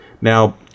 Now